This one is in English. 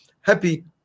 happy